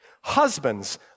Husbands